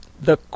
The